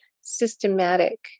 systematic